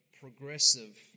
progressive